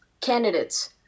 candidates